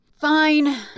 Fine